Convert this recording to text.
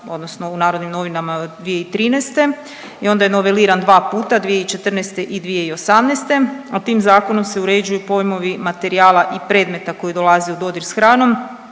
odnosno u Narodnim novinama je od 2013. i onda je noveliran 2 puta 2014. i 2018., a tim zakonom se uređuju pojmovi materijala i predmeta koji dolaze u dodir s hranom,